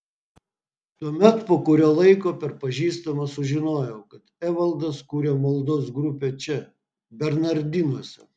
tuomet po kurio laiko per pažįstamą sužinojau kad evaldas kuria maldos grupę čia bernardinuose